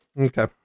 Okay